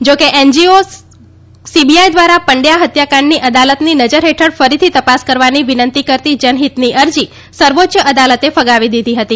જા કે NGO CBI દ્વારા ંડ્યા હત્યાકાંડની અદાલતની નજર હેઠળ ફરીથી ત ાસ કરવાની વિનંતી કરતી જનહિતની અરજી સર્વોચ્ય અદાલતે ફગાવી દીધી હતી